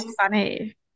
funny